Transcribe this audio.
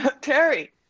Terry